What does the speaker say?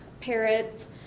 parrots